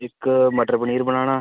इक मटर पनीर बनाना